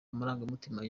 amarangamutima